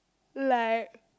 like